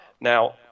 Now